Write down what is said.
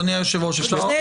אדוני היושב-ראש, אפשר?